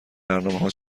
برنامهها